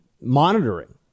monitoring